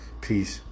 Peace